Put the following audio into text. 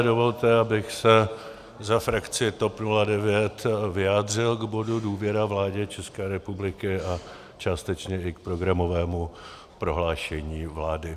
Dovolte, abych se za frakci TOP 09 vyjádřil k bodu důvěra vládě České republiky a částečně i k programovému prohlášení vlády.